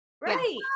Right